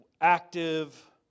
active